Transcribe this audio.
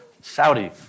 Saudi